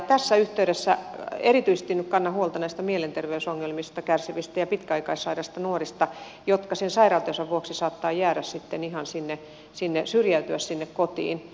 tässä yhteydessä erityisesti nyt kannan huolta näistä mielenterveysongelmista kärsivistä ja pitkäaikaissairaista nuorista jotka sen sairautensa vuoksi saattavat jäädä syrjäytyä sinne kotiin